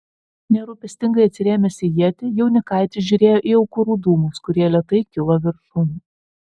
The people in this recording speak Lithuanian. nerūpestingai atsirėmęs į ietį jaunikaitis žiūrėjo į aukurų dūmus kurie lėtai kilo viršun